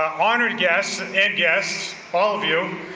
um honored guests and and guests, all of you,